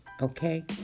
okay